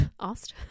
Asked